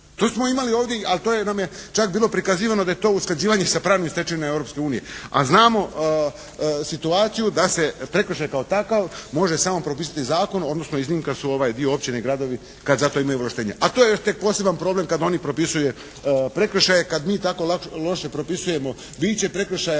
To smo imali ovdje, ali to nam je čak bilo prikazivano da je to usklađivanje sa pravnim stečevinama Europske unije, a znamo situaciju da se prekršaj kao takav može samo propisati zakon, odnosno iznimka su ovaj dio općine, gradovi kad za to imaju ovlaštenje, a to je još tek poseban problem kad oni propisuju prekršaje, kad mi tako loše propisujemo biće prekršaja,